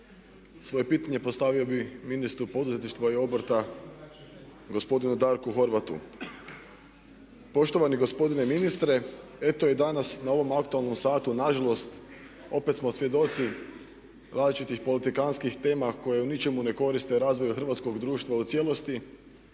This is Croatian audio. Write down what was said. Svoje pitanje postavio bih ministru poduzetništva i obrta gospodinu Darku Horvatu. Poštovani gospodine ministre, eto i danas na ovom aktualnom satu nažalost opet smo svjedoci različitih politikantskih tema koje ničemu ne koriste, razvoju hrvatskog društva u cijelosti,